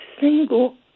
single